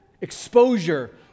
exposure